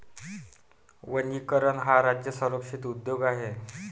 वनीकरण हा राज्य संरक्षित उद्योग आहे